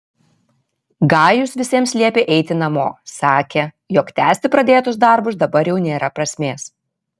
gajus visiems liepė eiti namo sakė jog tęsti pradėtus darbus dabar jau nėra prasmės